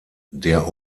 der